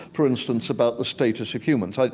for instance, about the status of humans. like